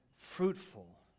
fruitful